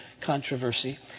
controversy